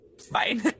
Fine